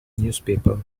newspaper